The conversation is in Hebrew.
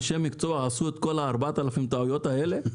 אנשי המקצוע עשו את כל הארבע אלף טעויות האלה?